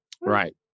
Right